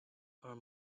are